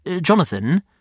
Jonathan